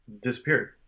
disappeared